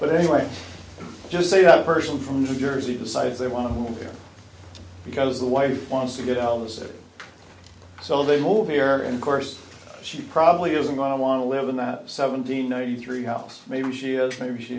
but anyway just say that a person from new jersey decides they want to move here because the wife wants to get out of the city so they move here in course she probably isn't going to want to live in that seventeen no you three house maybe she knows maybe she